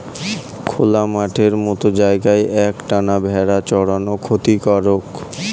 খোলা মাঠের মত জায়গায় এক টানা ভেড়া চরানো ক্ষতিকারক